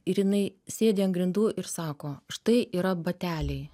ir jinai sėdi ant grindų ir sako štai yra bateliai